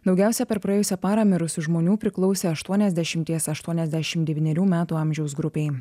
daugiausia per praėjusią parą mirusių žmonių priklausė aštuoniasdešimties aštuoniasdešimt devynerių metų amžiaus grupei